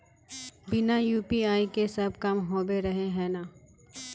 बिना यु.पी.आई के सब काम होबे रहे है ना?